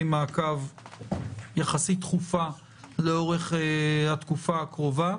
מעקב יחסית תכופה לאורך התקופה הקרובה,